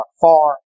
far